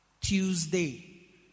tuesday